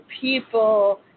people